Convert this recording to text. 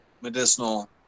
medicinal